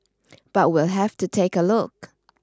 but we'll have to take a look